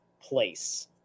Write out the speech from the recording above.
place